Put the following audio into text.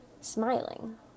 smiling